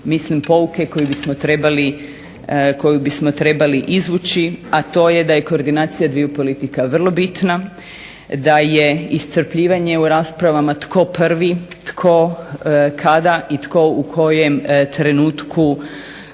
mislim pouke koju bismo trebali izvući, a to je da je koordinacija dviju politika vrlo bitna, da je iscrpljivanje u raspravama tko prvi, tko kada i tko u kojem trenutku